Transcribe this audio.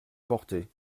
porter